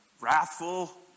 wrathful